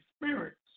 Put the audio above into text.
experience